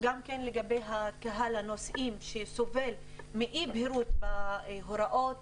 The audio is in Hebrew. גם לגבי קהל הנוסעים שסובל מאי בהירות בהוראות,